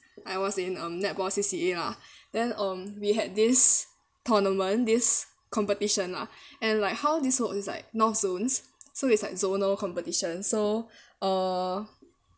I was in um netball C_C_A lah then um we had this tournament this competition lah and like how this work is like north zones so it's like zone competition so uh